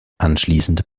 anschließend